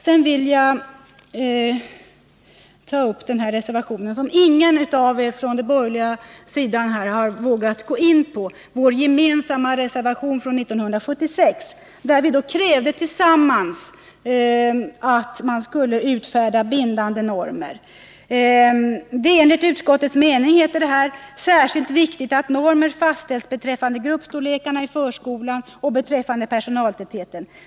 Sedan vill jag ta upp den reservation som ingen från den borgerliga sidan vågat gå in på, nämligen vår gemensamma reservation från 1976 där vi tillsammans krävde att bindande normer skulle utfärdas. Det är enligt utskottets mening, heter det här, särskilt viktigt att normer fastställes beträffande gruppstorlekarna i förskolan och beträffande personaltätheten.